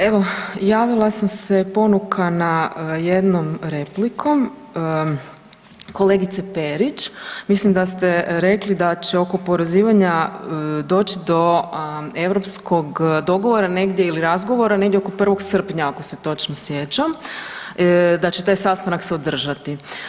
Evo javila sam se ponukana jednom replikom kolegice Perić, mislim da ste rekli da će oko oporezivanja doći do europskog dogovora negdje ili razgovora negdje oko 1. srpnja ako se točno sjećam da će taj sastanak se održati.